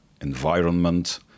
environment